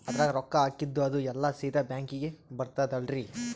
ಅದ್ರಗ ರೊಕ್ಕ ಹಾಕಿದ್ದು ಅದು ಎಲ್ಲಾ ಸೀದಾ ಬ್ಯಾಂಕಿಗಿ ಬರ್ತದಲ್ರಿ?